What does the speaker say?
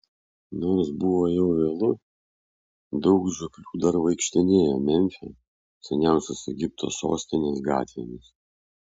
nors buvo jau vėlu daug žioplių dar vaikštinėjo memfio seniausios egipto sostinės gatvėmis